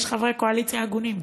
יש חברי קואליציה הגונים,